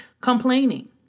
Complaining